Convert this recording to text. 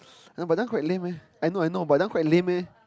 ah but that one quite lame eh I know I know but that one quite lame eh